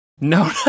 No